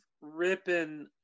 ripping